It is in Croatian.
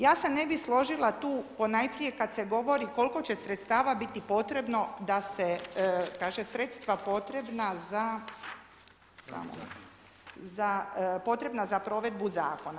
Ja se ne bih složila tu, ponajprije kad se govori koliko će sredstava biti potrebno da se, kaže sredstva potrebna za provedbu zakona.